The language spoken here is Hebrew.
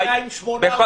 מסגרייה עם 8 עובדים.